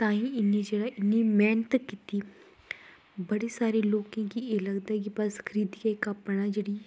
ताईं इन्नी जादा इ्ननी मेह्नत कीती बड़े सारे लोकें गी एह् लगदा कि बस खरीदियै इक अपना जेह्ड़ा कम्म